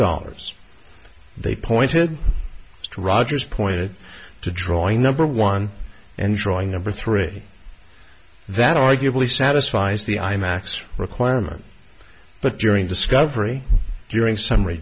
dollars they pointed to rogers pointed to drawing number one and drawing of or three that arguably satisfies the imax requirement but during discovery during summ